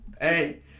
hey